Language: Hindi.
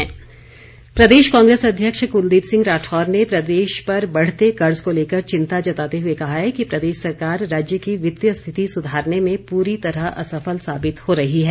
कुलदीप राठौर प्रदेश कांग्रेस अध्यक्ष कुलदीप सिंह राठौर ने प्रदेश पर बढ़ते कर्ज को लेकर चिंता जताते हुए कहा है कि प्रदेश सरकार राज्य की वित्तिय स्थिति सुधारने में पूरी तरह असफल साबित हो रही है